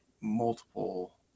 multiple